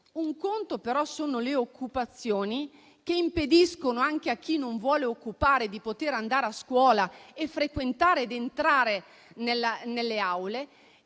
Un conto, però, sono le occupazioni che impediscono anche a chi non vuole occupare di poter andare a scuola e frequentare ed entrare nelle aule